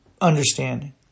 understanding